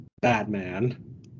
Batman